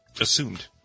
assumed